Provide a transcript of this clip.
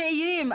הצעירים,